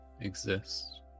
exist